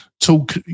talk